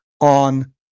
on